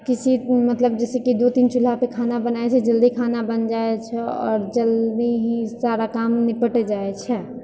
किसी मतलब जैसे कि दू तीन चूल्हापर खाना बनाय छै जल्दी खाना बनि जाइ छै आओर जल्दी ही सारा काम निपटि जाइ छै